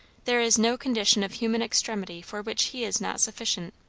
there is no condition of human extremity for which he is not sufficient.